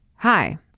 Hi